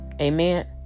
Amen